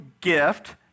gift